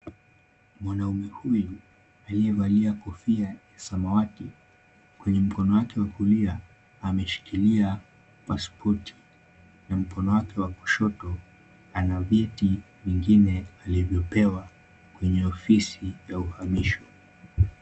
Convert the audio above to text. Mwanaume huyu aliyevalia kofia ya samawati kwenye mkono wake wa kulia ameshikilia pasipoti na mkono wake wa kushoto ana viti vingine alivyo pewa kwenye ofisi ya uhamisho.